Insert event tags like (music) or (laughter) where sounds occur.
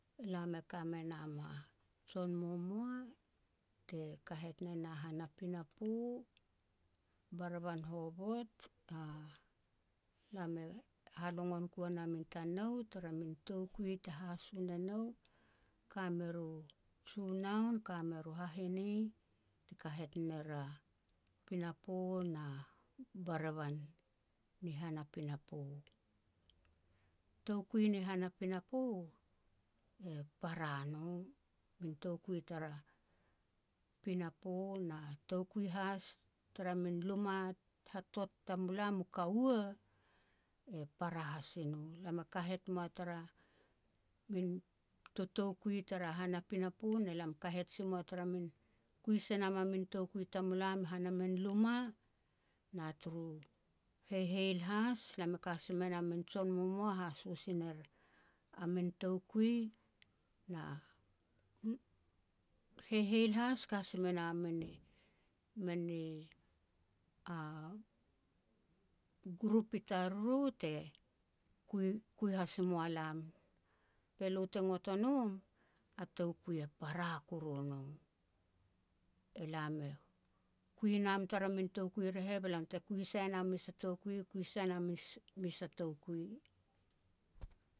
Lam e ka menam a jon momoa, te kahet ne na han a pinapo, barevan hovot (hesitation) lam e halogon ku wanam i tanou, tara min toukui te haso ne nou. Ka mer u junoun, ka mer u hahihe te kahet ner a pinapo na barevan ni han a pinapo. Toukui ni han a pinapo e para no, min toukui tara pinapo na toukui has tara min luma hatot tamulam u kaua, e para hasi no. Lam e kahet mua tara min totoukui tara han a pinapo ne lam kahet si mua tara min, kui se nam a min toukui tamulam han a min luma, na turu heiheil has, lam e ka si me nam min jon mumua, haso si ner a min toukui, na (hesitation) heiheil has ka si me na mini, mini a (hesitation) grup i tariru te kui-kui has mua lam. Be lo te ngot o nom, a toukui e para kuru no. Elam e kui nam tara min toukui re heh, be lam te kui sai nam a mes a toukui, kui sai nam mes-mes a toukui.